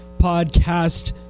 podcast